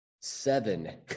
seven